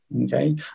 Okay